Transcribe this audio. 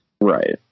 Right